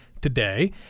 today